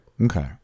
Okay